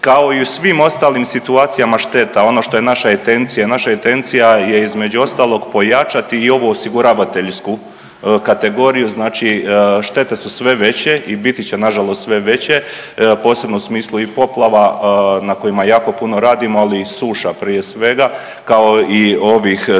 kao i u svim ostalim situacijama šteta ono što je naša intencija, naša intencija je između ostalog pojačati i ovo osiguravateljsku kategoriju. Znači štete su sve veće i biti će nažalost sve veće posebno u smislu i poplava na kojima jako puno radimo, ali i suša prije svega kao i ovih situacija